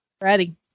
Ready